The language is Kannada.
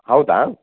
ಹೌದಾ